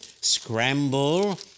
scramble